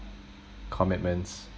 commitments